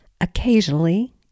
occasionally